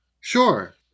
Sure